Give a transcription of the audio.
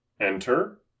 Enter